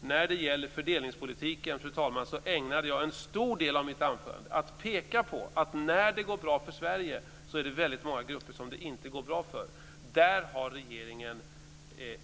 När det gäller fördelningspolitiken, fru talman, ägnade jag en stor del av mitt anförande åt att peka på att det är väldigt många grupper som det inte går bra för när det går bra för Sverige. Där har regeringen